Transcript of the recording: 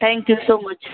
thank you so मच्